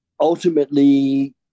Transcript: ultimately